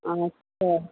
আচ্ছা